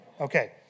Okay